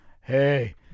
hey